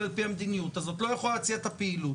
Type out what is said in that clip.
על פי המדיניות הזאת לא יכול להציע את הפעילות.